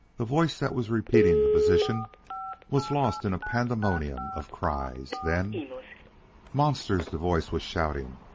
the voice that was repeating the position was lost in a pandemonium of cries. then monsters! the voice was shouting.